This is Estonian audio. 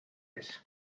ees